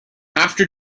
after